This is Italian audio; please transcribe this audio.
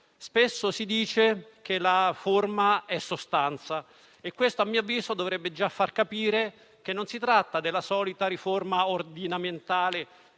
Spesso si dice che la forma è sostanza e questo, a mio avviso, dovrebbe già far capire che non si tratta della solita riforma ordinamentale,